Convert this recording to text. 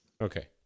Okay